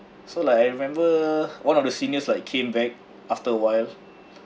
so like I remember one of the seniors like came back after awhile